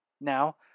Now